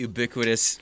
Ubiquitous